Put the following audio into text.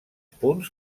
punts